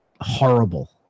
horrible